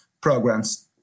programs